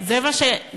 זה מה שפורסם.